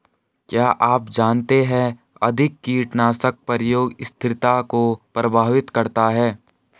क्या आप जानते है अधिक कीटनाशक प्रयोग स्थिरता को प्रभावित करता है?